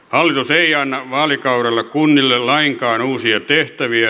hallitus ei anna vaalikaudella kunnille lainkaan uusia tehtäviä